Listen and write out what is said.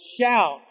shout